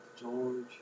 George